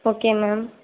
okay ma'am